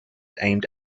aimed